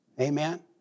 Amen